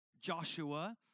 Joshua